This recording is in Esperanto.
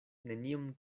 neniom